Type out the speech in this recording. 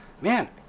man